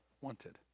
wanted